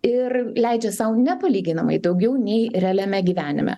ir leidžia sau nepalyginamai daugiau nei realiame gyvenime